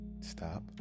stop